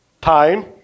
Time